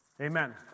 Amen